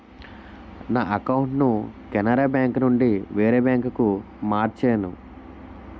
నా అకౌంటును కెనరా బేంకునుండి వేరే బాంకుకు మార్చేను